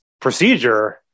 procedure